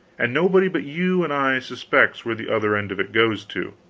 and nobody but you and i suspects where the other end of it goes to.